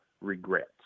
regrets